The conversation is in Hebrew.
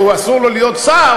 שאסור לו להיות שר,